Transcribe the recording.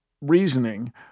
reasoning